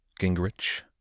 Gingrich